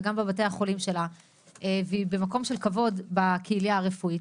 וגם בבתי החולים שלה והיא במקום של כבוד בקהילה הרפואית,